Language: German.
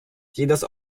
jedes